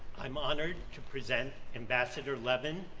i'm honored to present ambassador levin,